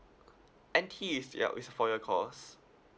N_T is yup is a four year course